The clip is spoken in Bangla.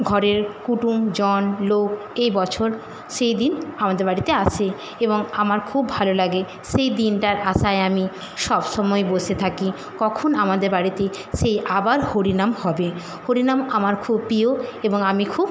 ঘরের কুটুম জন লোক এবছর সেই দিন আমাদের বাড়িতে আসে এবং আমার খুব ভালো লাগে সেই দিনটার আশায় আমি সবসময় বসে থাকি কখন আমাদের বাড়িতে সেই আবার হরিনাম হবে হরিনাম আমার খুব প্রিয় এবং আমি খুব